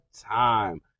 time